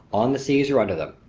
on the seas or under them.